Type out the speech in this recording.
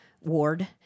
ward